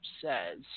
says